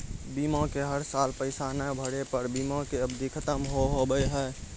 बीमा के हर साल पैसा ना भरे पर बीमा के अवधि खत्म हो हाव हाय?